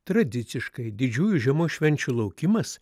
tradiciškai didžiųjų žiemos švenčių laukimas